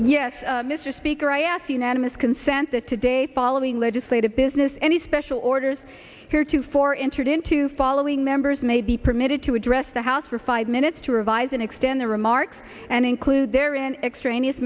yes mr speaker i ask unanimous consent that today following legislative business any special orders here too for entered into following members may be permitted to address the house for five minutes to revise and extend their remarks and include their in extraneous